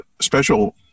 special